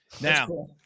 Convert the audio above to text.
now